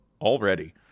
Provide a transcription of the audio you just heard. already